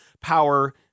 power